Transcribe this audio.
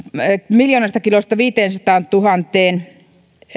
miljoonasta kilosta viiteensataantuhanteen